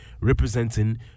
representing